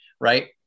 right